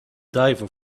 diver